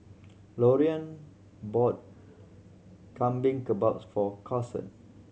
Lorean bought Lamb Kebabs for Karson